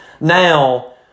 Now